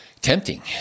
tempting